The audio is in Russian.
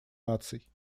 наций